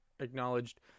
acknowledged